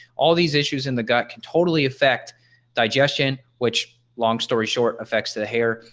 all these issues in the gut can totally affect digestion which long story short affects the hair.